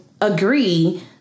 agree